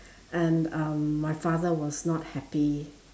and um my father was not happy